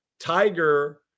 tiger